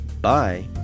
bye